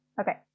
Okay